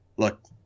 look